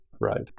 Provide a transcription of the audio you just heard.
right